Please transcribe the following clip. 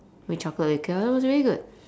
with chocolate liqueur it was really good